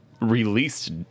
released